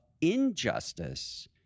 injustice